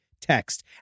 text